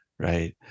Right